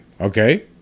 Okay